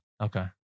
Okay